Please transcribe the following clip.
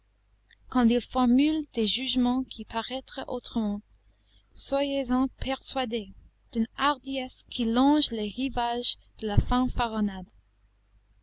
quand il formule des jugements qui paraîtraient autrement soyez-en persuadé d'une hardiesse qui longe les rivages de la fanfaronnade